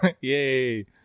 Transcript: Yay